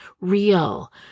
real